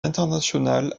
international